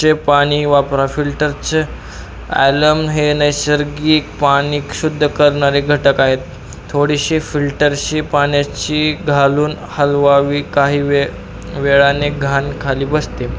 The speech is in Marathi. चे पाणी वापरा फिल्टरचे ॲलम हे नैसर्गिक पाणी शुद्ध करणारे घटक आहेत थोडीशी फिल्टरशी पाण्याची घालून हलवावी काही वे वेळाने घाण खाली बसते